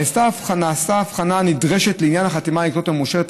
נעשתה ההבחנה הנדרשת לעניין החתימה האלקטרונית המאושרת,